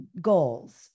goals